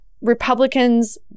Republicans